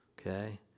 okay